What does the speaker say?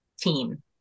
team